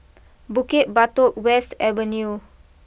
Bukit Batok West Avenue